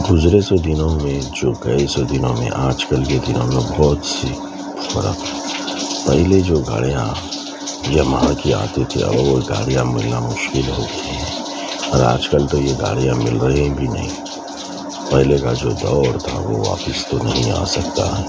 گزرے سو دنوں میں جو گئے سو دنوں میں آج کل کے دنوں میں بہت سی فرق پہلے جو گاڑیاں یاماہا کی آتی تھی اب وہ گاڑیاں ملنا مشکل ہو گئی ہے اور آج کل تو یہ گاڑیاں مل رہی ہیں بھی نہیں پہلے کا جو دور تھا وہ واپس تو نہیں آ سکتا ہے